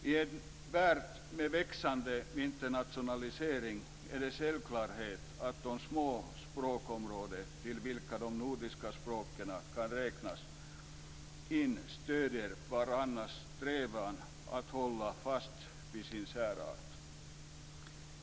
I en värld med växande internationalisering är det en självklarhet att de små språkområden till vilka de nordiska språken kan räknas stöder varandras strävan att hålla fast vid sin särart.